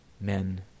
men